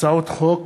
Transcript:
החל בהצעת חוק